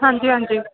ਹਾਂਜੀ ਹਾਂਜੀ